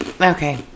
Okay